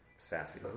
Sassy